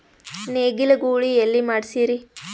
ನೇಗಿಲ ಗೂಳಿ ಎಲ್ಲಿ ಮಾಡಸೀರಿ?